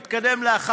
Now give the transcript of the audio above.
יש לכם סטטיסטיקה?